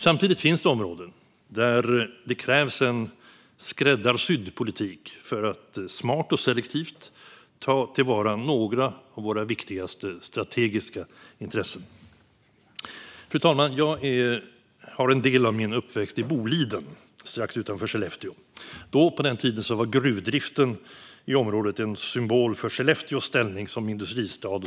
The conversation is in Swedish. Samtidigt finns det områden där det krävs en skräddarsydd politik för att smart och selektivt ta till vara några av våra viktigaste strategiska intressen. Fru talman! Jag har en del av min uppväxt i Boliden strax utanför Skellefteå. På den tiden var gruvdriften i området en symbol för Skellefteås ställning som industristad.